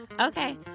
Okay